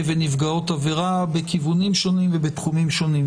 ולנפגעות עבירה בכיוונים שונים ובתחומים שונים.